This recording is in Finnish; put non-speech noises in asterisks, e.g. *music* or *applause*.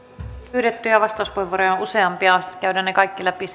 pyydettyjä vastauspuheenvuoroja on useampia käydään ne kaikki läpi *unintelligible*